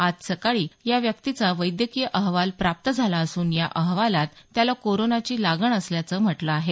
आज सकाळी या व्यक्तीचा वैद्यकीय अहवाल प्राप्त झाला असून या अहवालात त्याला कोरोनाची लागण असल्याचं म्हटलं आहे